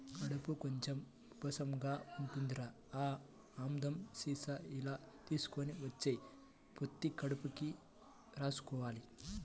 కడుపు కొంచెం ఉబ్బసంగా ఉందిరా, ఆ ఆముదం సీసా ఇలా తీసుకొని వచ్చెయ్, పొత్తి కడుపుకి రాసుకోవాల